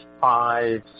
five